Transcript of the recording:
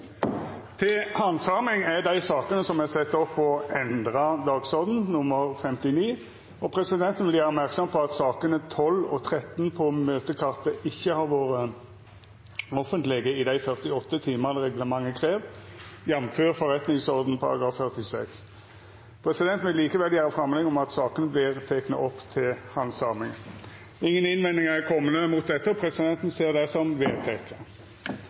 Presidenten vil gjera merksam på at sakene nr. 12 og 13 på møtekartet ikkje har vore offentlege i dei 48 timane reglementet krev, jf. forretningsordenen § 46. Presidenten vil likevel gjera framlegg om at sakene vert tekne opp til handsaming. Ingen innvendingar er komne mot dette, og presidenten ser det som vedteke.